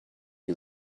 you